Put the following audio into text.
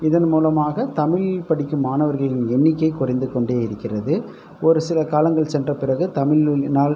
இதன் மூலமாக தமிழில் படிக்கும் மாணவர்களின் எண்ணிக்கை குறைந்து கொண்டே இருக்கிறது ஒரு சில காலங்கள் சென்ற பிறகு தமிழினால்